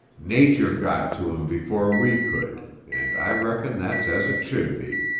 nature got to him before we could and i reckon that's as it should be.